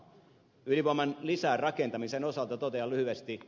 ydinvoiman lisärakentamisen osalta totean lyhyesti